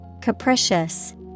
Capricious